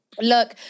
look